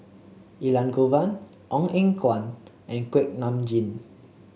Elangovan Ong Eng Guan and Kuak Nam Jin